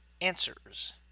answers